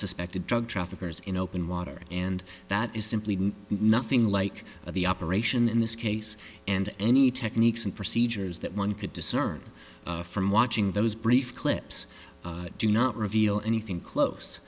suspected drug traffickers in open water and that is simply nothing like the operation in this case and any techniques and procedures that one could discern from watching those brief clips do not reveal anything close